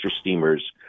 steamers